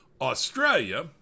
Australia